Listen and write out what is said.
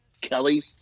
Kelly